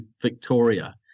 Victoria